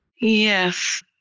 Yes